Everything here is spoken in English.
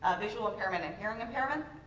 visual impairment, and hearing impairment.